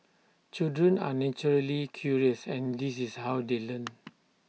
children are naturally curious and this is how they learn